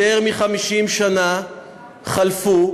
יותר מ-50 שנה חלפו.